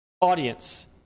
audience